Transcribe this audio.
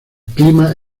clima